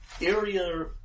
area